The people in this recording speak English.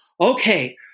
okay